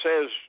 says